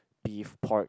beef pork